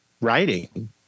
writing